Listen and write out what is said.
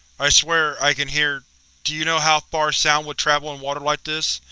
i swear i can hear do you know how far sound would travel in water like this,